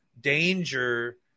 danger